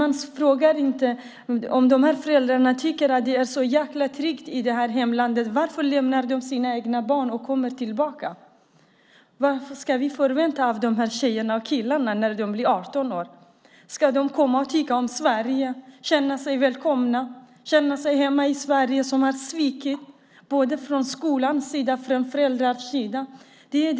Däremot frågar man inte föräldrarna varför de, när de lämnar sina barn i hemlandet, själva kommer tillbaka hit om de nu tycker att det är så tryggt i hemlandet. Varför ska vi vänta tills dessa tjejer och killar blir 18 år och kan ta sig tillbaka hit? Ska de då komma tillbaka och tycka om Sverige, känna sig välkomna och hemma i Sverige som svikit dem? Både från skolans och från föräldrarnas sida har de blivit svikna.